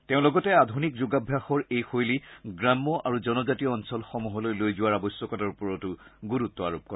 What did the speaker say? তেওঁ লগতে আধুনিক যোগাভ্যাসৰ এই শৈলী গ্ৰাম্য আৰু জনজাতীয় অঞ্চলসমূহলৈ লৈ যোৱাৰ আৱশ্যকতাৰ ওপৰতো গুৰুত্ আৰোপ কৰে